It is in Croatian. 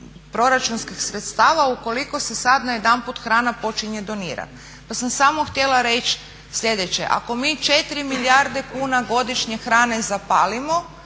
proračunskih sredstava ukoliko se sad najedanput hrana počinje donirati. Pa sam samo htjela reći sljedeće, ako mi četiri milijarde kuna godišnje hrane zapalimo,